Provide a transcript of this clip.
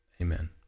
Amen